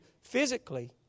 physically